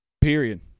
Period